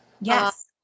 Yes